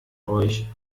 euch